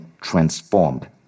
transformed